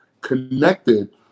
connected